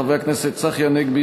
חברי הכנסת צחי הנגבי,